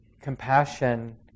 compassion